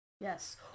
yes